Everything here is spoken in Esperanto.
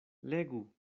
legu